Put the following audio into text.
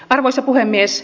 arvoisa puhemies